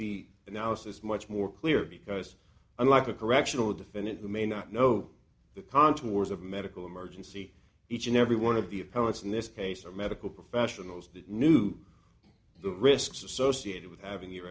the analysis much more clear because unlike a correctional defendant who may not know the contours of medical emergency each and every one of the opponents in this case are medical professionals that knew the risks associated with having your